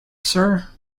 sir